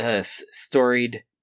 Storied